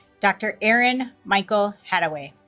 dr. aaron michael hattaway